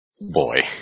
Boy